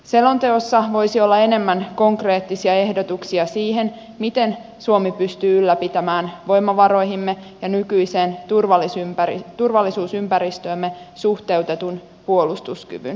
selonteossa voisi olla enemmän konkreettisia ehdotuksia siihen miten suomi pystyy ylläpitämään voimavaroihimme ja nykyiseen turvallisuusympäristöömme suhteutetun puolustuskyvyn